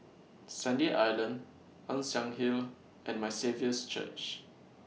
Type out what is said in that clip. Sandy Island Ann Siang Hill and My Saviour's Church